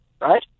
right